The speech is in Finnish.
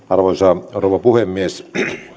arvoisa rouva puhemies